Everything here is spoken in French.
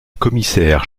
commissaire